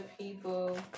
people